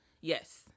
Yes